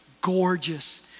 gorgeous